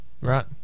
right